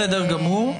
בסדר גמור,